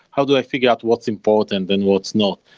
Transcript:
how do i figure out what's important, then what's not?